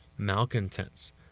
Malcontents